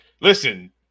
Listen